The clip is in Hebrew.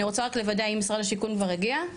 אני רוצה לוודא שנציגי משרד השיכון ומשרד האוצר כבר הגיעו?